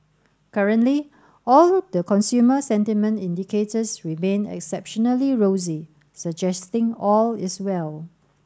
currently all the consumer sentiment indicators remain exceptionally rosy suggesting all is well